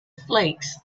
flakes